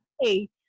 Hey